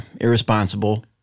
irresponsible